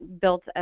built